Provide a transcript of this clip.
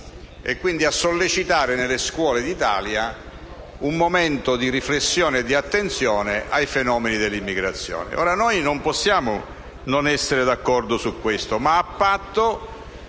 e quindi a sollecitare nelle scuole d'Italia un momento di riflessione e di attenzione ai fenomeni dell'immigrazione. Noi non possiamo non essere d'accordo su questo, ma a patto